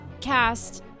cast